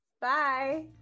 Bye